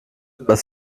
was